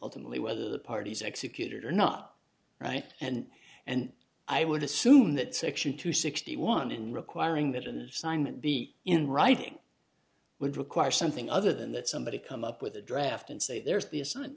ultimately whether the parties execute it or not right and and i would assume that section two sixty one in requiring that an assignment be in writing would require something other than that somebody come up with a draft and say there's the as